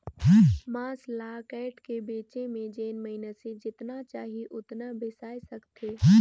मांस ल कायट के बेचे में जेन मइनसे जेतना चाही ओतना बेसाय सकथे